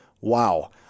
Wow